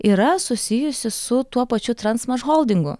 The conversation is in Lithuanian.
yra susijusi su tuo pačiu transmašholdingu